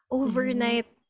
overnight